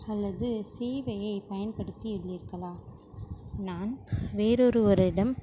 அல்லது சேவையை பயன்படுத்தி உள்ளீர்களா நான் வேர் ஒருவரிடம்